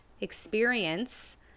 experience